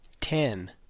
Ten